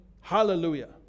Hallelujah